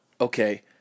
okay